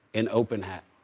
and open-hat.